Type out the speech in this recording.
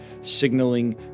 signaling